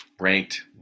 ranked